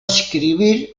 escribir